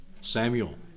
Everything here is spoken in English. samuel